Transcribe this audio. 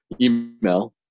email